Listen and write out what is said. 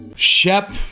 Shep